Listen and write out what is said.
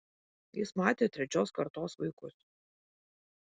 jis matė trečios kartos vaikus